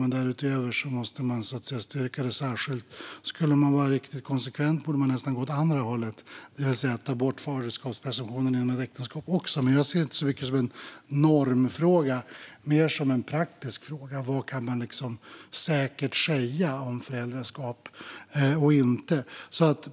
Men därutöver måste man styrka det särskilt. Skulle man vara riktigt konsekvent borde man nästan gå åt andra hållet, det vill säga att ta bort faderskapspresumtionen även inom äktenskap. Jag ser det inte som en normfråga utan mer som en praktisk fråga. Vad kan man säkert säga om föräldraskap och inte?